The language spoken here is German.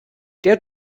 der